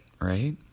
right